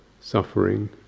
suffering